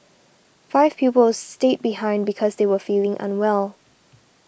five pupils stayed behind because they were feeling unwell